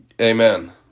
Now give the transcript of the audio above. Amen